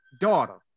daughter